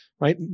right